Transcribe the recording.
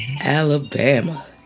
alabama